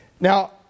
Now